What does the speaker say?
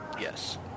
yes